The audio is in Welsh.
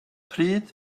pryd